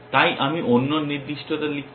তাই আমি অন্য নির্দিষ্টতা লিখেছি